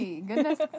Goodness